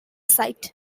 site